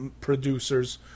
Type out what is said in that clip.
producers